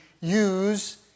use